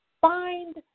find